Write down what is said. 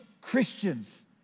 Christians